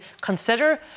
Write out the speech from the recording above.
consider